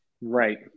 right